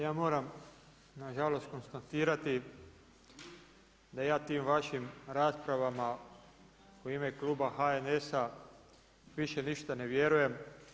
Ja moram nažalost konstatirati da ja tim vašim raspravama u ime Kluba HNS-a, više ništa ne vjerujem.